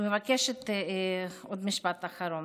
מבקשת עוד משפט אחרון.